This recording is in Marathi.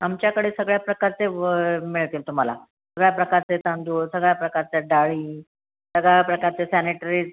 आमच्याकडे सगळ्या प्रकारचे व मिळतील तुम्हाला सगळ्या प्रकारचे तांदूळ सगळ्या प्रकारच्या डाळी सगळ्या प्रकारचे सॅनिटरीज